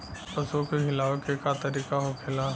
पशुओं के खिलावे के का तरीका होखेला?